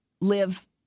live